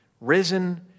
risen